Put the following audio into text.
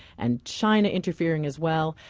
and china interfering as well.